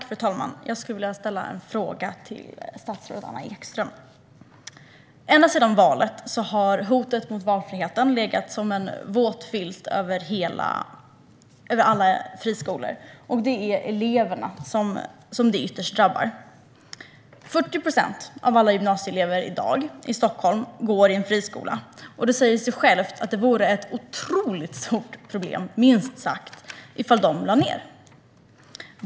Fru talman! Jag vill ställa en fråga till statsrådet Anna Ekström. Ända sedan valet har hotet mot valfriheten legat som en våt filt över alla friskolor. Det drabbar ytterst eleverna. 40 procent av alla gymnasieelever i Stockholm går i dag i en friskola. Det säger sig självt att det minst sagt vore ett otroligt stort problem om dessa lades ned.